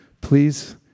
Please